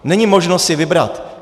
Není možno si vybrat.